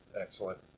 Excellent